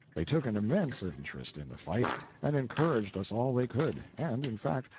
they took an immense interest in the fight and encouraged us all they could, and, in fact,